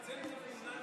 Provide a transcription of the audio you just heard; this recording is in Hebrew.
אבל ההצעה מכתיבה,